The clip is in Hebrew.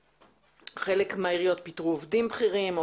חלק מהעיריות פיטרו עובדים בכירים או